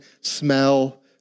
smell